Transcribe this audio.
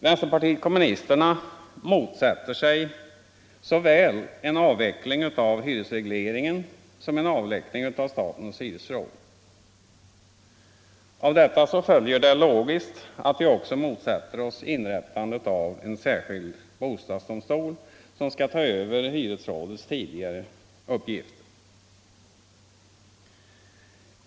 Vänsterpartiet kommunisterna motsätter sig såväl en avveckling av hyresregleringen som en avveckling av statens hyresråd. Av detta följer logiskt att vi också motsätter oss inrättandet av en särskild bostadsdomstol som skall ta över hyresrådets tidigare uppgifter.